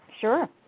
sure